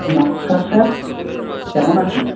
নমস্কার স্যার কেমন আছেন